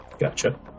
gotcha